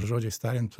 žodžiais tariant